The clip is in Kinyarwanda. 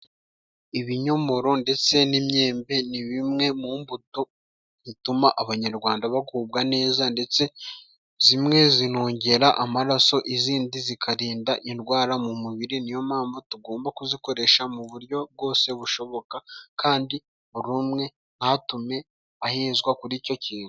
Ibinyomoro ndetse n'imyembe ni bimwe mu mbuto zituma abanyarwanda bagubwa neza, ndetse zimwe zinongera amaraso izindi zikarinda indwara mu mubiri, niyo mpamvu tugomba kuzikoresha mu buryo bwose bushoboka, kandi buri umwe ntatume ahezwa kuri icyo kintu.